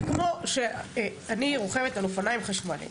זה כמו שאני רוכבת על אופניים חשמליים,